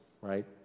right